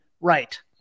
right